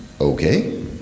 okay